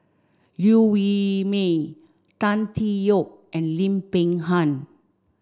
Liew Wee Mee Tan Tee Yoke and Lim Peng Han